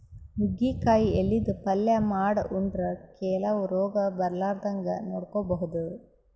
ನುಗ್ಗಿಕಾಯಿ ಎಲಿದ್ ಪಲ್ಯ ಮಾಡ್ ಉಂಡ್ರ ಕೆಲವ್ ರೋಗ್ ಬರಲಾರದಂಗ್ ನೋಡ್ಕೊಬಹುದ್